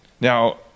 Now